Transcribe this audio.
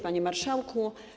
Panie Marszałku!